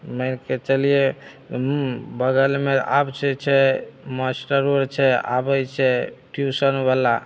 मानिके चलियै हूँ बगलमे आबसे छै मास्टरो आर छै आबैत छै ट्युशनबला